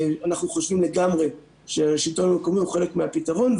אנחנו חושבים לגמרי שהשלטון המקומי הוא חלק מהפתרון,